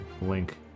link